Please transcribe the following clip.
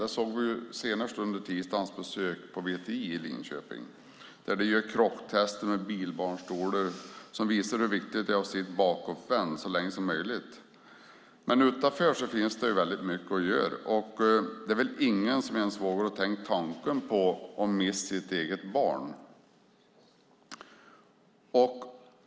Det såg vi senast under tisdagens besök på VTI i Linköping, där de gör krocktester med bilbarnstolar som visar hur viktigt det är att barnet sitter bakåtvänt så länge som möjligt. Men utanför finns det väldigt mycket att göra. Det är väl ingen som ens vågar tänka tanken på att mista sitt eget barn.